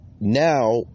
now